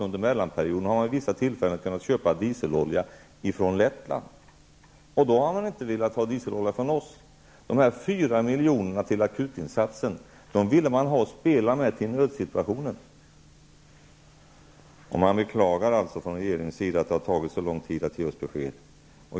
Under mellanperioden har det vid vissa tillfällen gått att köpa dieselolja från Lettland, och då har man inte velat ha dieselolja från oss. De 4 miljonerna i akutinsatsen ville man ha och spela med i en nödsituation. Man beklagar från regeringens sida att det har tagit så lång tid att ge oss besked.